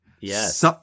Yes